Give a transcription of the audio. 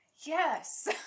Yes